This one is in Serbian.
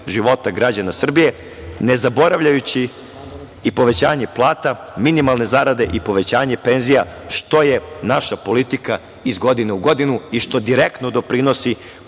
života građana Srbije, ne zaboravljajući i povećanje plata, minimalne zarade i povećanje penzija što je naša politika iz godine u godinu i što direktno doprinosi